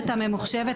המחשב?